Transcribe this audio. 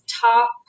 top